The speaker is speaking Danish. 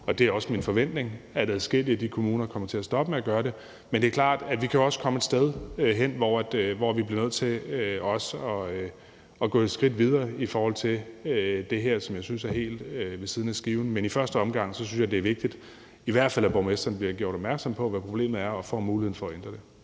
og det er også min forventning, at adskillige af de kommuner kommer til at stoppe med at gøre det, men det er klart, at vi jo også kan komme et sted hen, hvor vi bliver nødt til også at gå et skridt videre i forhold til det her, som jeg synes er helt ved siden af skiven. Men i første omgang synes jeg, det er vigtigt, at borgmestrene i hvert fald bliver gjort opmærksom på, hvad problemet er, og får muligheden for at ændre det.